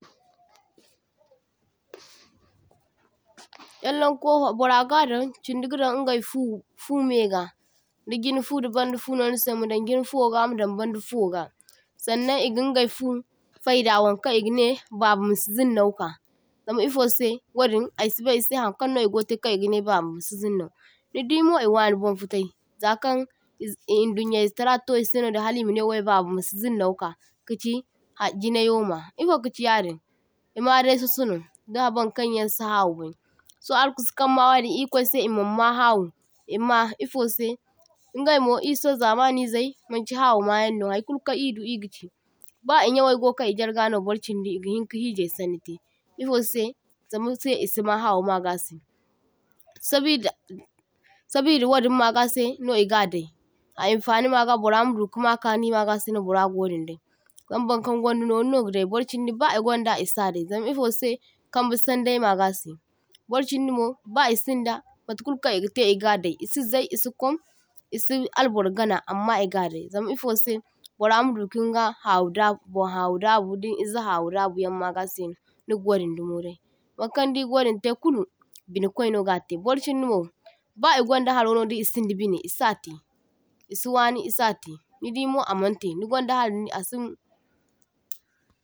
toh – toh Kellen lofa bara gadaŋ chindi gadaŋ ingai fu fu mega, di jine fu da baŋda fu no nise madaŋ jine fuwoga madaŋ baŋda fuwoga, saŋnaŋ igingai fu faida waŋkaŋ igaŋe baba masi zinnauka, zama ifo se wadin aisibai ise haŋkaŋno igote kan igaŋe baba masi zinnau, nidi mo iwani baŋfutai, zakaŋ iz i idunyayze tara to ise nodin hali mane baba masi zinnauka, kichi hai jinaiwo nwa, ifo kachi yadin, imadai soso no, da bankaŋyaŋ si hawu bai so arkusu kaŋ ma wadin ikwaise imaŋ ma hawu imma iffo se ingaimo iso zamaŋizai maŋchi hawu mayaŋno, haikulkaŋ idu igachi ba inyawai go kai ijarga no bar chindi iga hinka hijai saŋni te, iffo se zamse isima hawu magase, sabida sabida wadin magase no iga dai, a infani maga bara madu ka ma kaŋi magase no bara go wadin dai, zam baŋkaŋ gunda noru no gadai borchindi ba igwaŋda is dai, zam ifose Kamba saŋdai magase. Borchindi mo ba isinda matkul kaŋ igate iga dai, isi zai, isi kwam, isi albor gaŋa, amma iga dai zam ifose bara madu kinga hawu dabu, bon hawo dabu din ize hawu dabuyan magase nigi wadin dumo dai. Baŋkaŋ diga wadin te kulu bine kwai no gate, barchindi wo ba igaŋda haro no da isinda bine isate isi waŋi isate, nidimo aman te ni gwaŋda hari asin. toh